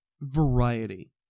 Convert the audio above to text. Variety